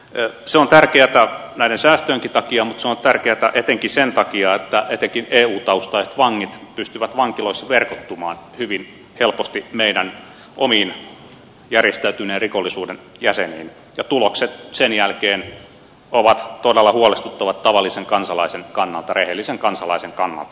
se on tärkeätä näiden säästöjenkin takia mutta se on tärkeätä etenkin sen takia että etenkin eu taustaiset vangit pystyvät vankiloissa verkottumaan hyvin helposti meidän omiin järjestäytyneen rikollisuuden jäseniin ja tulokset sen jälkeen ovat todella huolestuttavat tavallisen kansalaisen rehellisen kansalaisen kannalta